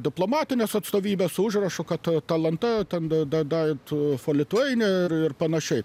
diplomatinės atstovybės su užrašu kad talanta ten da da for lithuania ir ir panašiai